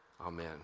amen